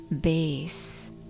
base